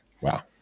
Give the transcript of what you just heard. Wow